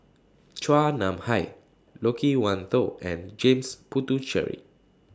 Chua Nam Hai Loke Wan Tho and James Puthucheary